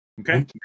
Okay